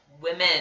women